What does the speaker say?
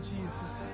Jesus